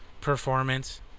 Performance